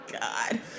God